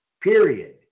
Period